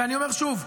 ואני אומר שוב,